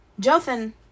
jothan